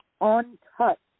untouched